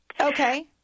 Okay